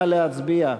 נא להצביע.